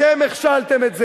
אתם הכשלתם את זה.